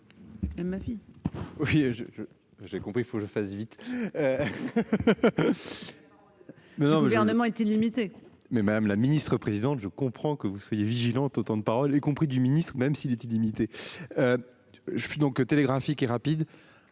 Oui. J'ai compris, il faut que je fasse vite. Mais non mais j'ai un est illimité mais madame la ministre-présidente. Je comprends que vous soyez vigilantes autant de parole y compris du ministre, même s'il est illimité. Je suis donc télégraphique et rapide